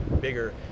bigger